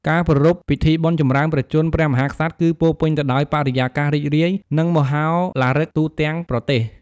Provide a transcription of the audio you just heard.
ការប្រារព្ធ ពិធីបុណ្យចម្រើនព្រះជន្មព្រះមហាក្សត្រ គឺពោរពេញទៅដោយបរិយាកាសរីករាយ និងមហោឡារិកទូទាំងប្រទេស។